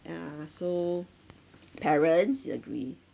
yeah so parents agree